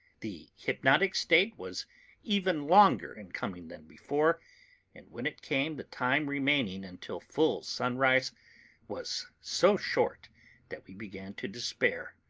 the hypnotic stage was even longer in coming than before and when it came the time remaining until full sunrise was so short that we began to despair.